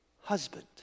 husband